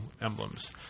Emblems